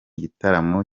gitaramo